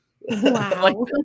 Wow